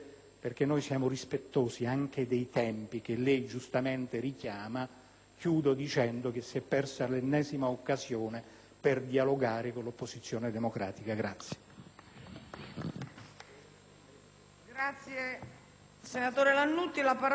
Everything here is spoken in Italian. richiama, dicendo che si è persa l'ennesima occasione per dialogare con l'opposizione democratica.